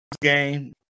game